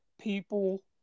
people